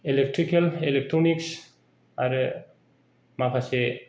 electrical electronics आरो माखासे